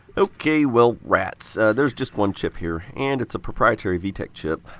ok, well, rats. there's just one chip here. and it's a proprietary v-tech chip.